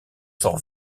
sort